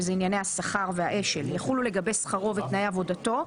שזה ענייני השכר והאש"ל - יחולו לגבי שכרו ותנאי עבודתו,